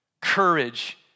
Courage